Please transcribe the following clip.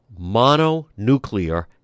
mononuclear